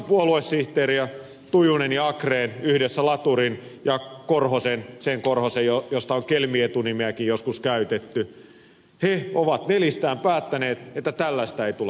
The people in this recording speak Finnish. puoluesihteerit tujunen ja achren yhdessä laturin ja korhosen kanssa sen korhosen josta on kelmi etunimeäkin joskus käytetty ovat nelistään päättäneet että tällaista ei tule